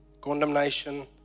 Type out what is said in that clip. condemnation